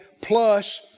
Plus